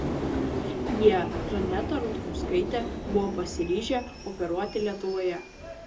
jie žanetą rutkauskaitę buvo pasiryžę operuoti lietuvoje